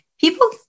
people